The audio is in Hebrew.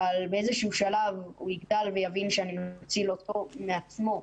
אבל באיזשהו שלב הוא יגדל ויבין שאני מציל אותו מעצמו,